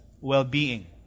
well-being